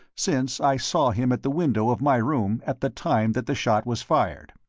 since i saw him at the window of my room at the time that the shot was fired.